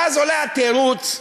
ואז עולה התירוץ הדחוק,